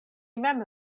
mem